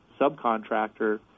subcontractor